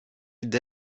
aux